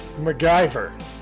MacGyver